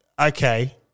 okay